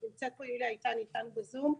אז נמצאת פה יוליה איתן איתנו בזום.